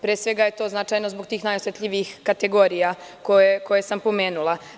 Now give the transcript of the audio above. Pre svega je to značajno zbog tih najosetljivijih kategorija koje sam pomenula.